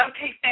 Okay